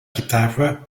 chitarra